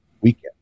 weekend